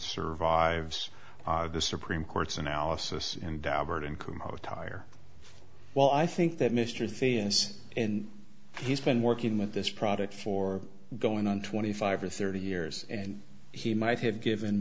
survives the supreme court's analysis and daubert incommode attire well i think that mr thea's and he's been working with this product for going on twenty five or thirty years and he might have given